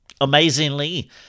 Amazingly